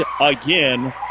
again